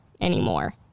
anymore